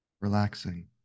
relaxing